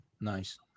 Nice